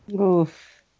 Oof